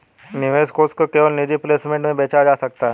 निवेश कोष को केवल निजी प्लेसमेंट में बेचा जा सकता है